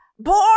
born